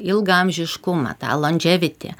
ilgaamžiškumą tą landževiti